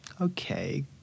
Okay